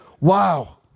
Wow